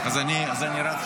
חבר הכנסת